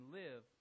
live